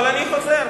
אבל אני חוזר,